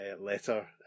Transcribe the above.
letter